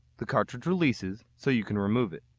the cartridge releases, so you can remove it.